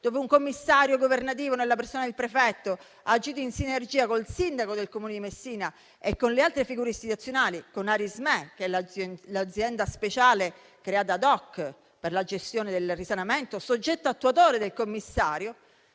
un commissario governativo, nella persona del prefetto, ha agito in sinergia con il sindaco del Comune di Messina e con altre figure istituzionali, con Arismè, che è l'azienda speciale creata *ad hoc* per la gestione del risanamento, soggetto attuatore del commissario.